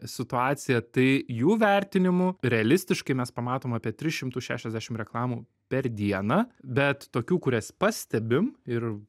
situaciją tai jų vertinimu realistiškai mes pamatom apie tris šimtus šešiasdešim reklamų per dieną bet tokių kurias pastebim ir